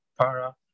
Para